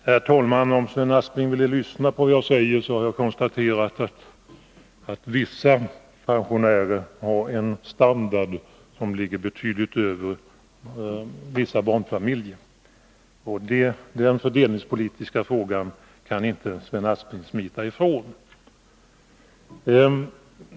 Herr talman! Om Sven Aspling ville lyssna på vad jag säger skulle han höra att jag har konstaterat att vissa pensionärer har en standard som ligger betydligt över vissa barnfamiljers. Den fördelningspolitiska frågan kan inte Sven Aspling smita ifrån.